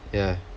ya